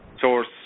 source